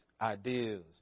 ideas